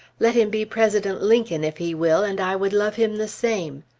let him be president lincoln if he will, and i would love him the same.